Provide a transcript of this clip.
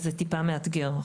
זה טיפה מאתגר.